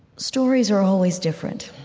stories are always different.